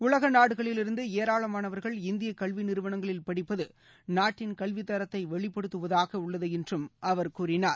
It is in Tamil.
உலக நாடுகளிலிருந்து ஏராளமானவர்கள் இந்திய கல்வி நிறுவனங்களில் படிப்பது நாட்டின் கல்வித்தரத்தை வெளிப்படுத்துவதாக உள்ளது என்றும் அவர் கூறினார்